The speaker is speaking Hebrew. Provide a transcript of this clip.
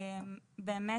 באמת,